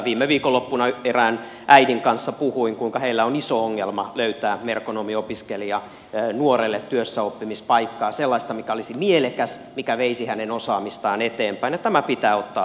viime viikonloppuna erään äidin kanssa puhuin kuinka heillä on iso ongelma löytää merkonomiopiskelijanuorelle työssäoppimispaikkaa sellaista mikä olisi mielekäs mikä veisi hänen osaamistaan eteenpäin ja tämä pitää ottaa vakavasti